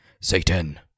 Satan